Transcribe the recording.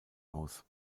aus